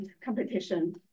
competition